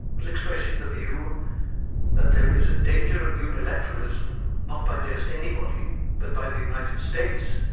was expressing the view that there is danger of unilateralism, not by just anybody but by the united states,